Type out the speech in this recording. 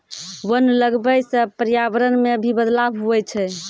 वन लगबै से पर्यावरण मे भी बदलाव हुवै छै